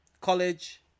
college